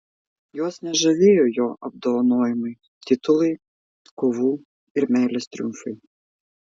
jos nežavėjo jo apdovanojimai titulai kovų ir meilės triumfai